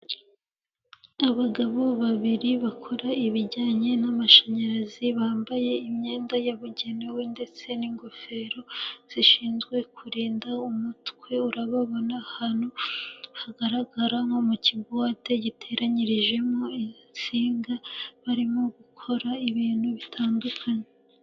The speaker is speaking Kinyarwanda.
Abagabo babiri bakora ibijyanye n'amashanyarazi, bambaye imyenda yabugenewe ndetse n'ingofero zishinzwe kurinda umutwe, urababona ahantu hagaragara nko mu kibuwate giteranyirijemo insinga, barimo gukora ibintu bitandukanye.